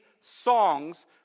songs